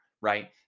right